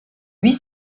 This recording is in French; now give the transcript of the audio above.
huit